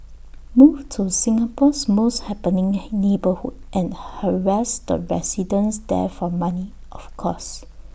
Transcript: move to Singapore's most happening neighbourhood and harass the residents there for money of course